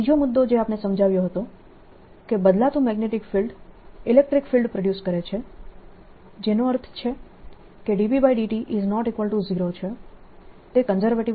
ત્રીજો મુદ્દો જે આપણે સમજાવ્યો હતો કે બદલાતું magnetic field electric field produce કરે છે જેનો અર્થ છે કે B∂t0 છે તે કન્ઝર્વેટીવ નથી